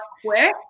quick